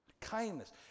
Kindness